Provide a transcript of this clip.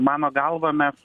mano galva mes